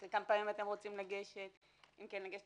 אחרי כמה פעמים אתם רוצים לגשת אם לגשת